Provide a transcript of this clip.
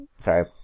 sorry